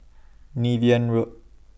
Niven Road